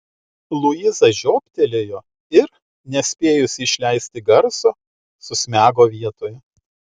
luiza žiobtelėjo ir nespėjusi išleisti garso susmego vietoje